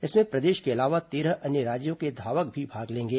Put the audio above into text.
इसमें प्रदेश के अलावा तेरह अन्य राज्यों के धावक भी भाग लेंगे